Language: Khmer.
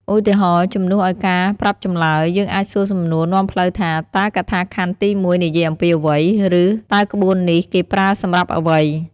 ឧទាហរណ៍ ជំនួសឱ្យការប្រាប់ចម្លើយ យើងអាចសួរសំណួរនាំផ្លូវថា តើកថាខណ្ឌទីមួយនិយាយអំពីអ្វី? ឬ តើក្បួននេះគេប្រើសម្រាប់អ្វី?។